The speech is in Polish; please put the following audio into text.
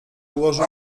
ułożył